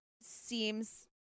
seems